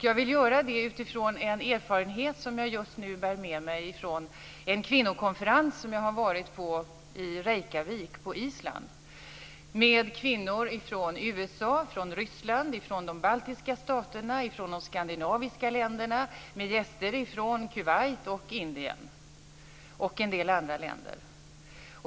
Jag vill göra det utifrån en erfarenhet som jag just nu bär med mig från en kvinnokonferens i Reykjavik på Island, med kvinnor från USA, Ryssland, de baltiska staterna, de skandinaviska länderna med gäster från Kuwait och Indien samt en del andra länder.